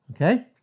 Okay